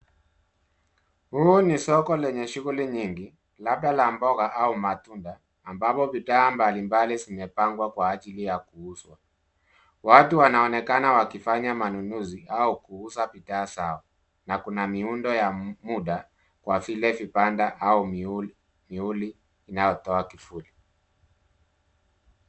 Huu ni soko lenye shughuli nyingi, labda la mboga au matunda, ambapo bidhaa mbalimbali zimepangwa kwa ajili ya kuuzwa. Watu wanaonekana wakifanya manunuzi au kuuza bidhaa zao, na kuna miundo ya muda kwa vile vibanda au miuli inayotoa kivuli.